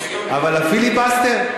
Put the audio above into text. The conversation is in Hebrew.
איפה, אבל הפיליבסטר?